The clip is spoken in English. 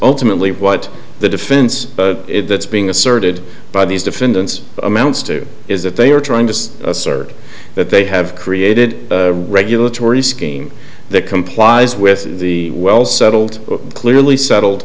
ultimately what the defense but that's being asserted by these defendants amounts to is that they are trying to assert that they have created a regulatory scheme that complies with the well settled clearly settled